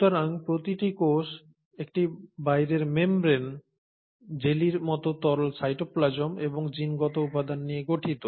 সুতরাং প্রতিটি কোষ একটি বাইরের মেমব্রেন জেলির মতো তরল সাইটোপ্লাজম এবং জিনগত উপাদান নিয়ে গঠিত